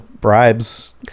bribes